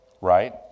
right